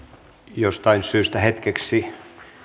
jostain syystä hetkeksi